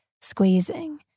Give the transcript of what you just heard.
squeezing